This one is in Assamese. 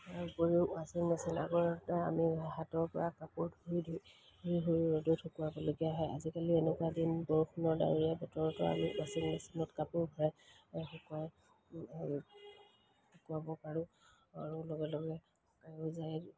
ইয়াৰ উপৰিও ৱাশ্বিং মেচিন আমি হাতৰ পৰা কাপোৰ ধুই ধুই ৰ'দত শুকুৱাবলগীয়া হয় আজিকালি এনেকুৱা দিন বৰষুণৰ ডাৱৰীয়া বতৰত আমি ৱাশ্বিং মেচিনত কাপোৰ ভৰাই শুকুৱাই শুকুৱাব পাৰোঁ আৰু লগে লগে শুকায়ো যায়